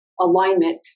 alignment